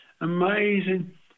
amazing